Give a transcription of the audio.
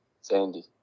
sandy